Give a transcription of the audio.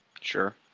Sure